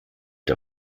der